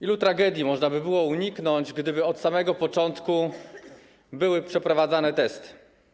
Ilu tragedii można by było uniknąć, gdyby od samego początku były przeprowadzane testy?